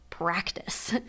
practice